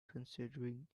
considering